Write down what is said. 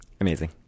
Amazing